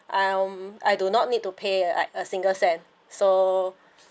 um I do not need to pay like a single cent so